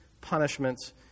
punishments